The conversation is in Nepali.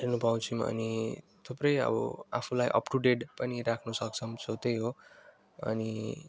हेर्नु पाउँछौँ अनि थुप्रै अब आफूँलाई अपटुडेट पनि राख्नु सक्छौँ सो त्यही हो अनि